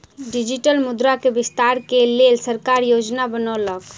digital मुद्रा के विस्तार के लेल सरकार योजना बनौलक